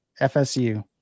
FSU